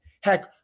Heck